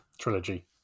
trilogy